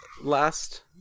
last